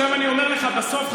אני אומר לך בסוף,